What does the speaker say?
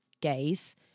gays